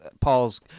pauls